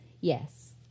yes